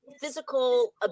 physical